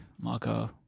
Marco